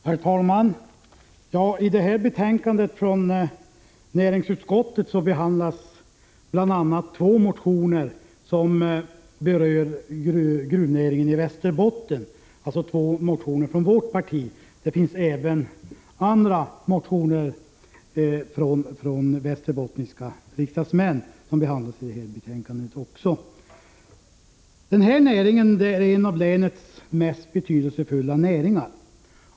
Herr talman! I det här betänkandet från näringsutskottet behandlas bl.a. två motioner från vårt parti som berör gruvnäringen i Västerbotten. I betänkandet behandlas även andra motioner från västerbottniska riks Gruvnäringen är en av länets mest betydelsefulla näringar.